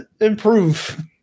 improve